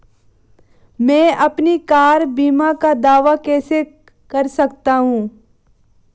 मैं अपनी कार बीमा का दावा कैसे कर सकता हूं?